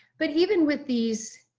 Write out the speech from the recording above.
but even with these